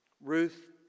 Ruth